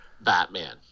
Batman